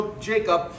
Jacob